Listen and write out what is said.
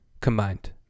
combined